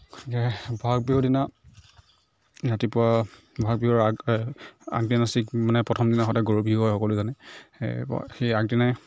বহাগ বিহুৰ দিনা ৰাতিপুৱা বহাগ বিহুৰ আগ আগদিনা ঠিক মানে প্ৰথম দিনা সদায় গৰু বিহু হয় সকলোৱে জানে সেই সেই আগদিনাই